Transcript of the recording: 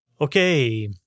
Okay